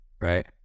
right